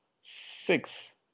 six